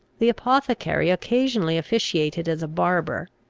the apothecary occasionally officiated as a barber,